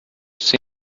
think